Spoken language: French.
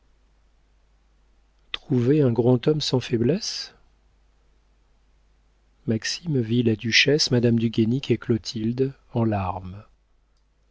trouvez un grand homme sans faiblesses maxime vit la duchesse madame du guénic et clotilde en larmes